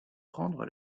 prendre